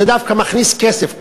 זה דווקא מכניס כסף.